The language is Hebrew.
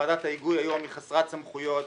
ועדת ההיגוי היום חסרת סמכויות.